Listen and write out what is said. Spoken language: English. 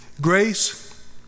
grace